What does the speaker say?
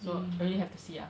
so I really have to see ah